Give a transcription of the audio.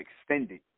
extended